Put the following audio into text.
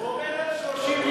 הוא עומד על 30 מיליארד.